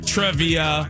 Trivia